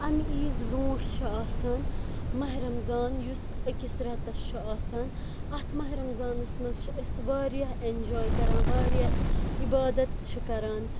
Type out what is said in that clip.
اَمہِ عیٖز بَرُونٛٹھ چھُ آسان ماہہ رَمضان یُس أکِس ریٚتَس چھُ آسان اَتھ ماہہ رَمضانَس منٛز چھِ أسۍ واریاہ ایٚنجاے کران واریاہ عبادَت چھِ کران